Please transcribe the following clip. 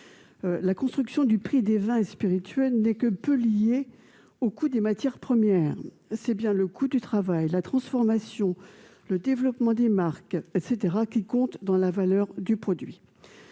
La construction du prix des vins et spiritueux n'est que peu liée au coût des matières premières. C'est le coût du travail, de la transformation et du développement des marques qui compte dans la valeur du produit.